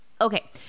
Okay